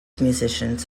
musicians